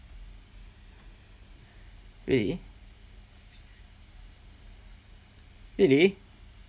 really really